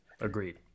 Agreed